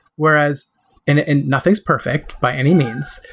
whereas and and nothing's perfect by any means,